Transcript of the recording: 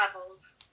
levels